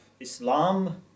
Islam